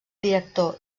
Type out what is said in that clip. director